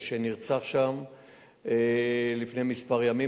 שנרצח שם לפני כמה ימים.